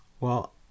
Well